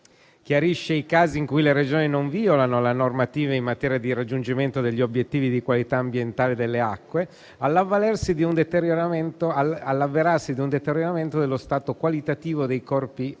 chiarisce i casi in cui le Regioni non violano la normativa in materia di raggiungimento degli obiettivi di qualità ambientale delle acque all'avverarsi di un deterioramento dello stato qualitativo dei corpi idrici